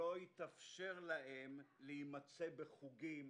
שלא התאפשר להם להימצא בחוגים,